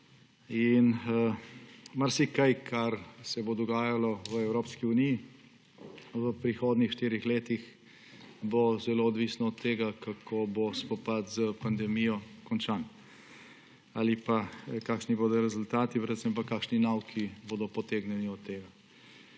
Marsikaj, kar se bo dogajalo v Evropski uniji v prihodnjih štirih letih, bo zelo odvisno od tega, kako bo spopad s pandemijo končan ali kakšni bodo rezultati, predvsem pa kakšni nauki bodo potegnjeni iz tega.